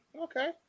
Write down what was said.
Okay